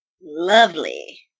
Lovely